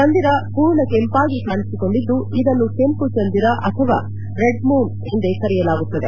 ಚಂದಿರ ಮೂರ್ಣ ಕೆಂಪಾಗಿ ಕಾಣಿಸಿಕೊಂಡಿದ್ದು ಇದನ್ನು ಕೆಂಪು ಚಂದಿರ ಅಥವಾ ರೆಡ್ ಮೂನ್ ಎಂದೇ ಕರೆಯಲಾಗುತ್ತದೆ